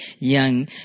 young